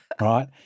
right